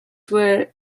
were